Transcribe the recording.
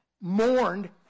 Mourned